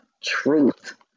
truth